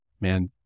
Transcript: Man